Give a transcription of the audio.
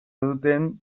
duten